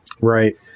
Right